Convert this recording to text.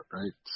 right